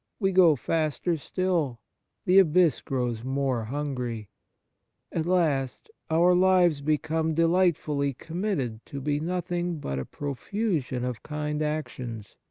we go faster still the abyss grows more hungry at last our lives become delightfully committed to be nothing but a profusion of kind actions,